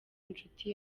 inshuti